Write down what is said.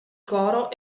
coro